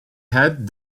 had